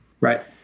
Right